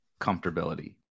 comfortability